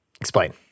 Explain